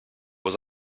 was